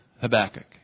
Habakkuk